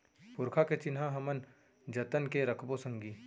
पुरखा के चिन्हा हमन जतन के रखबो संगी